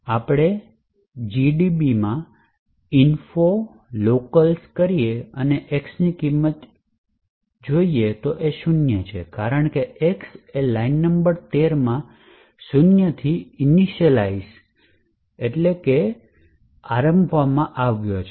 આપણે gdb info locals કરીયે અને x ની કિંમત શૂન્ય છે કારણ કે x એ લાઇન નંબર 13 માં શૂન્યથી ઈનીશયલાએજ કરવામાં આવ્યો છે